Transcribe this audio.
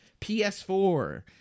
PS4